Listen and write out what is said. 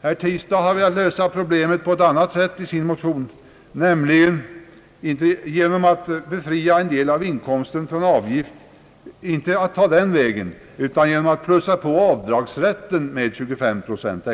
Herr Tistad har velat lösa problemet på ett annat sätt i sin motion, nämligen inte genom att befria en del av inkomsten från avgift, utan genom att plussa på avdragsrätten med 25 procent.